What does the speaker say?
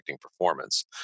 performance